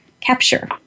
capture